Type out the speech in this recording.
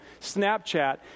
Snapchat